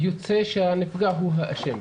יוצא בסוף שהנפגע הוא האשם.